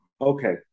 Okay